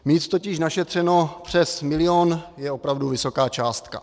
Mít totiž našetřeno přes milion je opravdu vysoká částka.